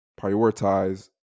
prioritize